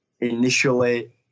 initially